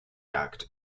jagd